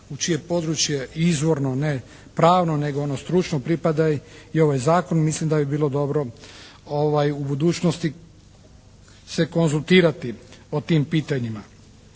u čije područje izvorno, ne pravno, nego ono stručno pripada i ovaj Zakon. Mislim da bi bilo dobro u budućnosti se konzultirati o tim pitanjima.